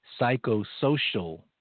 psychosocial